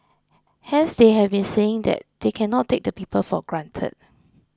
hence they have been saying they cannot take the people for granted